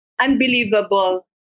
Unbelievable